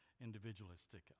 individualistic